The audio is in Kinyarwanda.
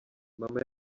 mama